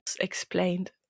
explained